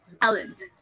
Talent